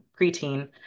preteen